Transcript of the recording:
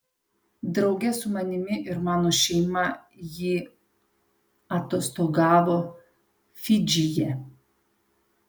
drauge su manimi ir mano šeima ji atostogavo fidžyje